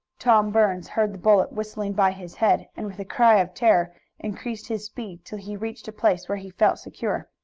tom burns heard the bullet whistling by his head, and with a cry of terror increased his speed till he reached a place where he felt secure.